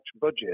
budget